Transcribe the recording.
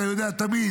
אתה יודע תמיד,